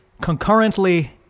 concurrently